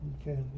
okay